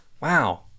wow